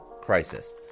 crisis